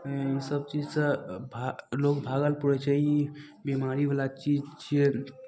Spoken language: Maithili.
ओसभ चीजसँ भा लोग भागल फिरै छै ई बिमारीवला चीज छियै